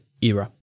era